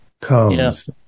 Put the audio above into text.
comes